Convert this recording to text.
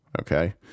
okay